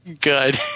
Good